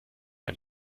ein